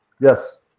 Yes